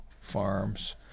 farms